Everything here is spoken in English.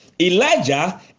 Elijah